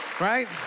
Right